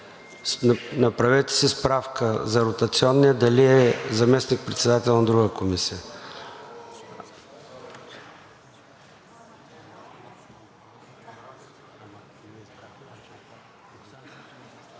Направете си справка за ротационния дали е заместник-председател на друга комисия.